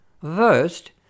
First